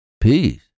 peace